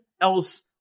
else